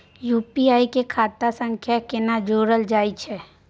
UPI के खाता सं केना जोरल जाए छै?